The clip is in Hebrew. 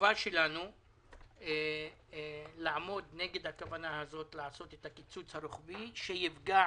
החובה שלנו לעמוד נגד הכוונה הזאת לעשות את הקיצוץ הרוחבי שיפגע